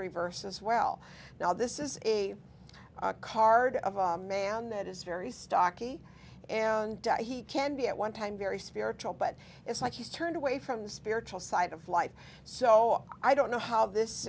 reverse as well now this is a card of a man that is very stocky and he can be at one time very spiritual but it's like he's turned away from the spiritual side of life so i don't know how this